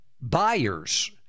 Buyers